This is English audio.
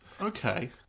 Okay